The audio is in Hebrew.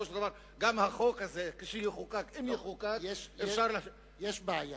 גם החוק הזה, כשיחוקק, אם יחוקק, יש בעיה.